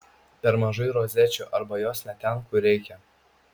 per mažai rozečių arba jos ne ten kur reikia